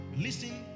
Listen